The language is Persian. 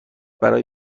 برای